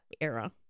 era